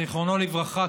זיכרונו לברכה,